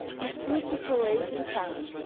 miss prue picked her way to the ground.